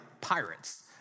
pirates